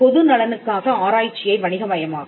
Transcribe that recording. பொதுநலனுக்காக ஆராய்ச்சியை வணிகமயமாக்கல்